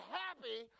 happy